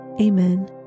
Amen